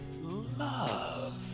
love